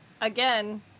Again